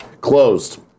Closed